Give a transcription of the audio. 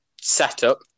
setup